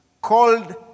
called